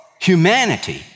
humanity